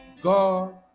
God